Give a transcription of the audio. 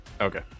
okay